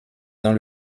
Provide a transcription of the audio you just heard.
dans